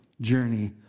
journey